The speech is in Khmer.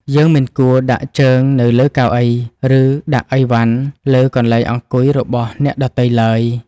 យើងមិនគួរដាក់ជើងនៅលើកៅអី ឬដាក់អីវ៉ាន់លើកន្លែងអង្គុយរបស់អ្នកដទៃឡើយ។